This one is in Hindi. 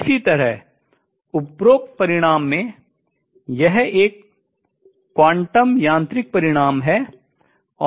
इसी तरह उपरोक्त समीकरण में यह एक क्वांटम यांत्रिक परिणाम है